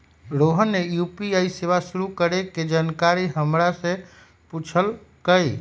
रोहन ने यू.पी.आई सेवा शुरू करे के जानकारी हमरा से पूछल कई